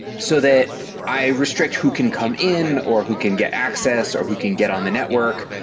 so that i restrict who can come in, or who can get access, or who can get on the network.